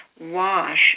wash